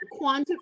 quantify